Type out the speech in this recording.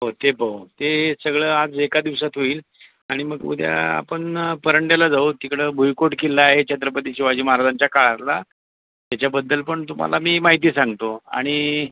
हो ते पाहू ते सगळं आज एका दिवसात होईल आणि मग उद्या आपण परांड्याला जाऊ तिकडं भुईकोट किल्ला आहे छत्रपती शिवाजी महाराजांच्या काळातला त्याच्याबद्दल पण तुम्हाला मी माहिती सांगतो आणि